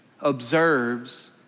observes